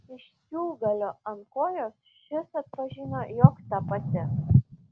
iš siūlgalio ant kojos šis atpažino jog ta pati